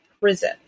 prison